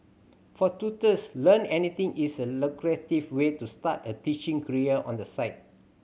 for tutors Learn Anything is a lucrative way to start a teaching career on the side